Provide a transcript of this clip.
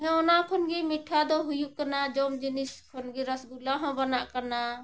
ᱦᱮᱸ ᱚᱱᱟ ᱠᱷᱚᱱ ᱜᱮ ᱢᱤᱴᱷᱟᱹ ᱫᱚ ᱦᱩᱭᱩᱜ ᱠᱟᱱᱟ ᱡᱚᱢ ᱡᱤᱱᱤᱥ ᱠᱷᱚᱱ ᱜᱮ ᱨᱟᱥᱜᱩᱞᱞᱟ ᱦᱚᱸ ᱵᱟᱱᱟᱜ ᱠᱟᱱᱟ